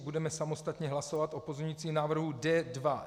Budeme samostatně hlasovat o pozměňujícím návrhu D2.1.